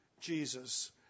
Jesus